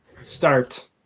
start